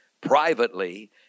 privately